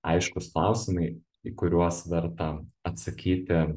aiškūs klausimai į kuriuos verta atsakyti